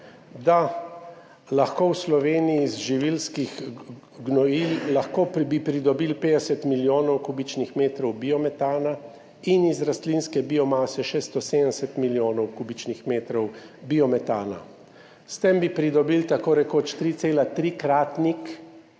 bi lahko v Sloveniji iz živilskih gnojil pridobili 50 milijonov kubičnih metrov biometana in iz rastlinske biomase še 170 milijonov kubičnih metrov biometana. S tem bi pridobili tako rekoč 3,3-kratnik